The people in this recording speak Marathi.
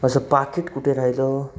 माझं पाकिट कुठे राहिलं